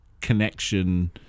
connection